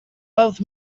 both